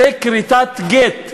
זו כריתת גט,